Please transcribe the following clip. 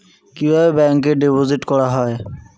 কিভাবে ব্যাংকে ডিপোজিট করা হয়?